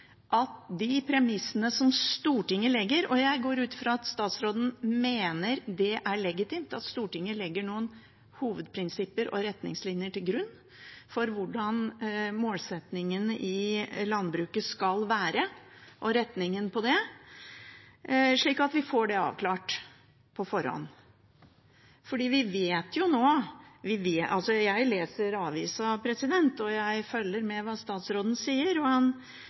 de premissene som Stortinget legger, og jeg går ut fra at statsråden mener det er legitimt at Stortinget legger noen hovedprinsipper og retningslinjer til grunn for hvordan målsettingen i landbruket skal være, og retningen på det, slik at vi får det avklart på forhånd. Vi vet jo nå – jeg leser avisa, og jeg følger med på hva statsråden sier – at han